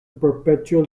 perpetual